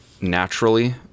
naturally